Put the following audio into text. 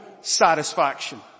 satisfaction